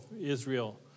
Israel